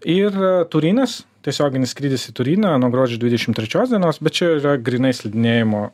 ir turinas tiesioginis skrydis į turiną nuo gruodžio dvidešim trečios dienos bet čia yra grynai slidinėjimo